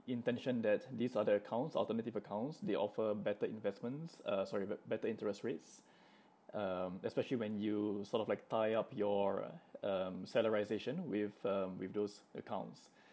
intention that these other accounts alternative accounts they offer better investments uh sorry be~ better interest rates um especially when you sort of like tie up your um salarisation with um with those accounts